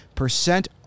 percent